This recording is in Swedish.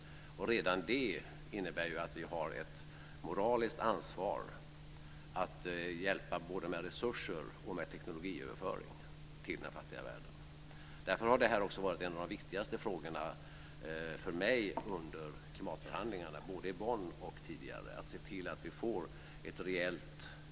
Redan det innebär att vi har ett moraliskt ansvar för att hjälpa den fattiga världen både med resurser och med tekniköverföring. Därför har detta varit en av de viktigaste frågorna för mig under klimatförhandlingarna, både i Bonn och tidigare. Vi måste se till att vi får ett rejält resultat på detta område.